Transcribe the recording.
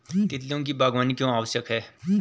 तितलियों की बागवानी क्यों आवश्यक है?